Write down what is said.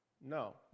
No